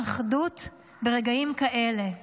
ברגעים כאלה קשה האחדות.